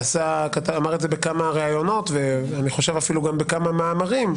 שאמר בכמה ראיונות וגם בכמה מאמרים,